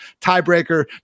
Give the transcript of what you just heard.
tiebreaker